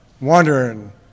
wondering